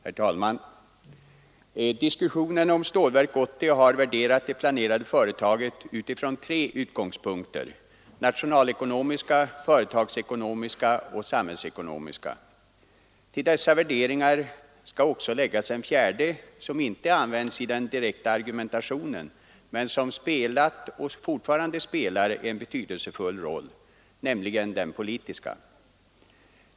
Herr talman! Diskussionen om Stålverk 80 har värderat det planerade företaget utifrån tre utgångspunkter: nationalekonomiska, företagsekonomiska och samhällsekonomiska. Till dessa värderingar skall också läggas en fjärde, som inte används i den direkta argumentationen men som spelat och fortfarande spelar en betydelsefull roll, nämligen den politiska.